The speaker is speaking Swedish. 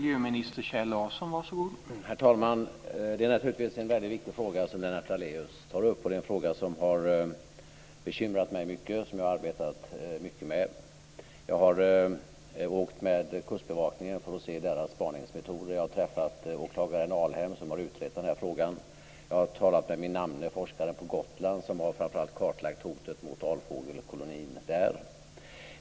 Herr talman! Det är naturligtvis en mycket viktig fråga som Lennart Daléus tar upp, och det är en fråga som har bekymrat mig mycket och som jag har arbetat med mycket. Jag har åkt med Kustbevakningen för att se deras spaningsmetoder. Jag har träffat åklagare Alhem som har utrett frågan. Jag har talat med min namne, forskaren på Gotland, som framför allt har kartlagt hotet mot alfågelkolonin.